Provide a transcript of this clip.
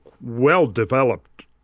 well-developed